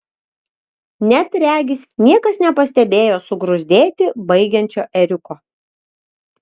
net regis niekas nepastebėjo sugruzdėti baigiančio ėriuko